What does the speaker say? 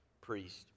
priest